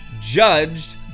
judged